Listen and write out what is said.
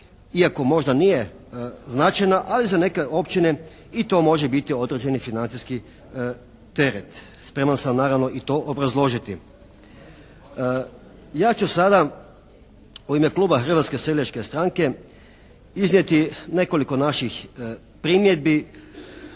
iako možda nije značajna, ali za neke općine i to može biti određeni financijski teret. Spreman sam naravno i to obrazložiti. Ja ću sada u ime kluba Hrvatske seljačke stranke iznijeti nekoliko naših primjedbi